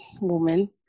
woman